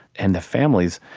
and the families,